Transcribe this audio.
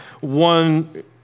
one